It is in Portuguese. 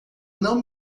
não